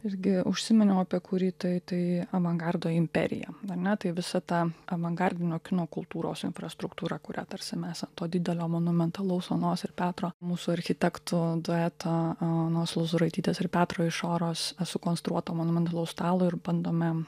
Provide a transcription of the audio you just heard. irgi užsiminiau apie kurį tai tai avangardo imperija ar ne tai visa ta avangardinio kino kultūros infrastruktūra kurią tarsi mes ant to didelio monumentalaus onos ir petro mūsų architektų dueto onos lozuraitytės ir petro išoros sukonstruoto monumentalaus stalo ir bandome